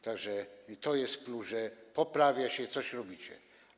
Tak że to jest plus, że poprawia się i coś robicie.